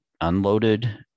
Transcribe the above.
unloaded